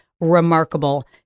remarkable